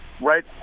Right